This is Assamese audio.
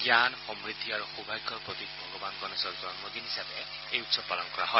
জ্ঞান সমূদ্ধি আৰু সৌভাগ্যৰ প্ৰতীক ভগৱান গণেশৰ জন্মদিন হিচাপে এই উৎসৱ পালন কৰা হয়